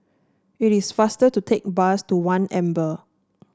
it is faster to take bus to One Amber